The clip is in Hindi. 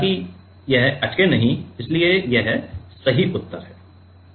ताकि यह अटके नहीं इसलिए यह सही उत्तर है